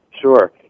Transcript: sure